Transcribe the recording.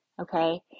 okay